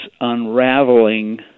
unraveling